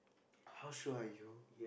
how sure are you